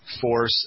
force